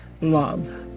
love